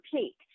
Peak